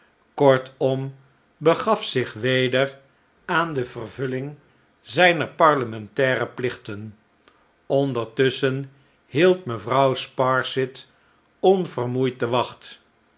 kortom begaf zich weder aan de vervulling zijner parlementaire plichten ondertusschen hield mevrouw sparsit onvermoeid de wacht